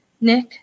Nick